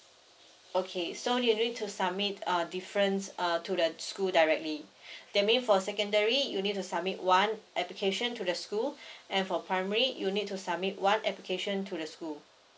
okay so you need to submit uh difference uh to the school directly that mean for secondary you need to submit one application to the school and for primary you need to submit one application to the school